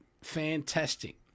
Fantastic